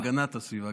הגנת הסביבה.